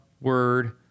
word